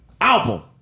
Album